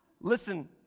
listen